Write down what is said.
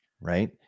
right